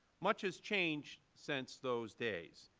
much has changed since those days.